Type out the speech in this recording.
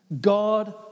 God